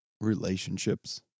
relationships